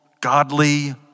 godly